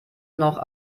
noch